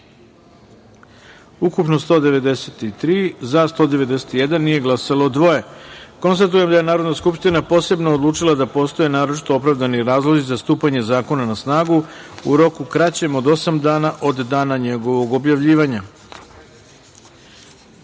poslanika, za – 191, nije glasalo – dvoje. Konstatujem da je Narodna skupština posebno odlučila da postoje naročito opravdani razlozi za stupanje zakona na snagu u roku kraćem od osam dana od dana njegovog objavljivanja. Pristupamo